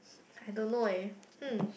I don't know leh hmm